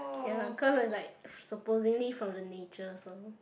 ya lah cause is like supposingly from the nature also